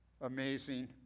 amazing